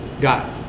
got